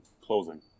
closing